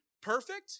perfect